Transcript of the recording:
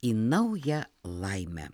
į naują laimę